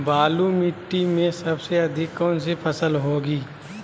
बालू मिट्टी में सबसे अधिक कौन सी फसल होगी?